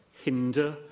hinder